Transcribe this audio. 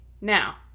now